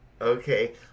Okay